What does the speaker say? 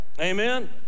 Amen